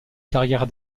carrière